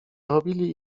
robili